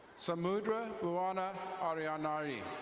samudra luana arian nari.